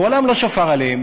גורלם לא שפר עליהם,